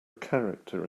character